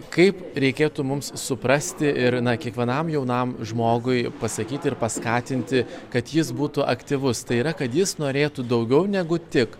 kaip reikėtų mums suprasti ir na kiekvienam jaunam žmogui pasakyti ir paskatinti kad jis būtų aktyvus tai yra kad jis norėtų daugiau negu tik